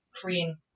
Korean